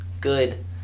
good